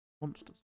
Monsters